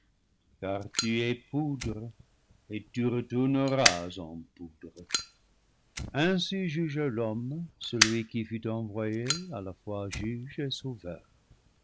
car tu es poudre et lu retourneras en poudre le paradis perdu ainsi jugea l'homme celui qui fut envoyé à la fois juge